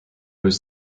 was